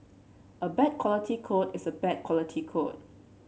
a bad quality code is a bad quality code